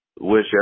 wish